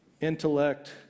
intellect